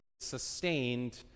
sustained